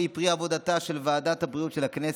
היא פרי עבודתה של ועדת הבריאות של הכנסת,